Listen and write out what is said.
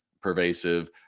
pervasive